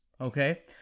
Okay